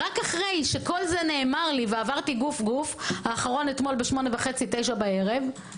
רק אחרי שכל זה נאמר לי ועברתי גוף-גוף - האחרון אתמול ב-21:00 בערב,